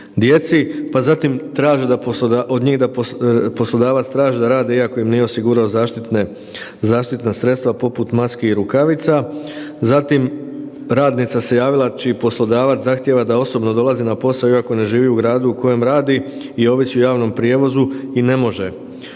djeci, pa zatim traže da, od njih poslodavac traži da rade iako im nije osigurao zaštitna sredstva poput maski i rukavica, zatim radnica se javila čiji poslodavac zahtijeva da osobno dolazi na posao iako ne živi u gradu u kojem radi i ovisi o javnom prijevozu i ne može